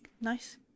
Nice